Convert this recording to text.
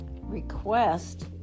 request